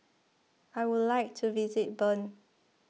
I would like to visit Bern